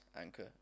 anchor